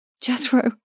Jethro